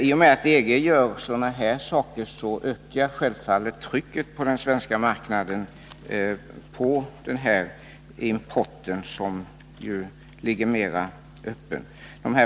I och med åtgärder av det slaget från EG:s sida ökar självfallet trycket på den svenska marknaden när det gäller denna import.